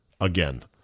again